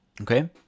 Okay